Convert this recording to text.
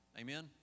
Amen